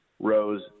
rose